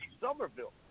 Somerville